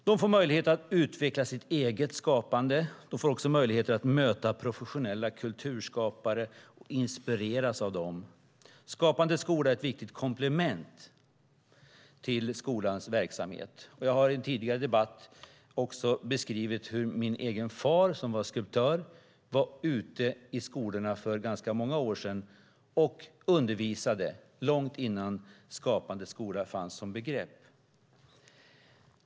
De får möjlighet att utveckla sitt eget skapande, och de får möjlighet att möta professionella kulturskapare och inspireras av dem. Skapande skola är ett viktigt komplement till skolans verksamhet. Jag har i en tidigare debatt också skrivit om hur min egen far som var skulptör var ute i skolorna för ganska många år sedan och undervisade, långt innan Skapande skola fanns som begrepp.